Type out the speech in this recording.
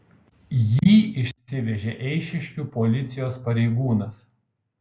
jį išsivežė eišiškių policijos pareigūnas